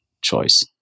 choice